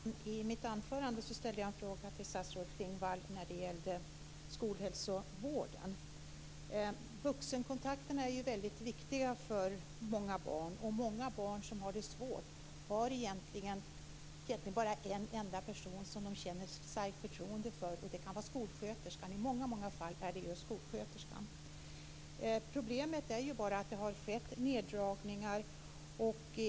Fru talman! I mitt anförande ställde jag en fråga till statsrådet Klingvall när det gällde skolhälsovården. Vuxenkontakterna är väldigt viktiga för barn. Många barn som har det svårt har ofta bara en enda person som de känner starkt förtroende för, och det är skolsköterskan. Problemet är bara att det har skett neddragningar.